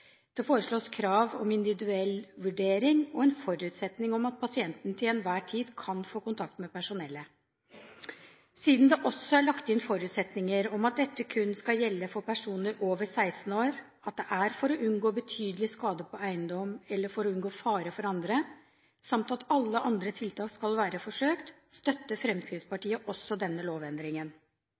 Det foreslås krav om individuell vurdering og en forutsetning om at pasienten til enhver tid kan få kontakt med personalet. Siden det også er lagt inn forutsetninger om at dette kun skal gjelde for personer over 16 år, at det er for å unngå betydelig skade på eiendom eller for å unngå fare for andre, samt at alle andre tiltak skal være forsøkt, støtter Fremskrittspartiet også denne lovendringen.